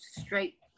straight